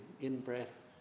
in-breath